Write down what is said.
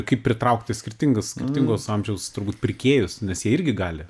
kaip pritraukti skirtingas skirtingos amžiaus turbūt pirkėjus nes jie irgi gali